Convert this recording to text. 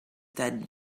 that